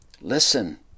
Listen